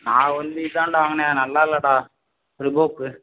நான் வந்து இதாண்டா வாங்குனேன் நல்லா இல்லைடா ரிபோக்கு